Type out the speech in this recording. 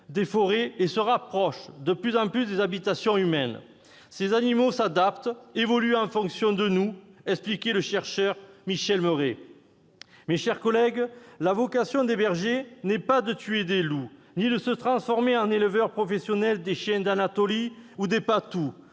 des forêts et se rapprochaient de plus en plus des habitations humaines. Ces animaux « s'adaptent, évoluent en fonction de nous », expliquait le chercheur Michel Meuret. Mes chers collègues, la vocation des bergers n'est ni de tuer des loups ni de se transformer en éleveurs professionnels de chiens d'Anatolie ou de patous,